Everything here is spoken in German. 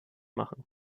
machen